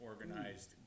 organized